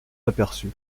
aperçu